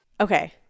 Okay